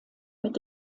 mit